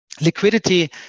Liquidity